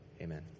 amen